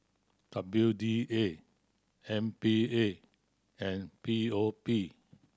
W D A M P A and P O P